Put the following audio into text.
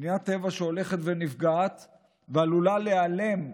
פנינת טבע שהולכת ונפגעת ועלולה להיעלם,